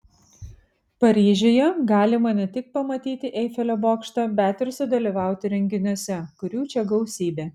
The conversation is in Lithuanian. paryžiuje galima ne tik pamatyti eifelio bokštą bet ir sudalyvauti renginiuose kurių čia gausybė